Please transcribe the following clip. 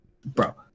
bro